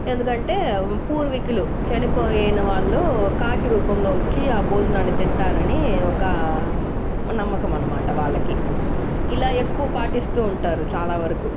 ఎందుకంటే పూర్వికులు చనిపోయిన వాళ్ళు కాకి రూపంలో వచ్చి ఆ భోజనాన్ని తింటారని ఒక నమ్మకమనమాట వాళ్లకి ఇలా ఎక్కువ పాటిస్తూ ఉంటారు చాలావరకు